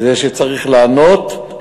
זה שצריך לענות,